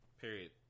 period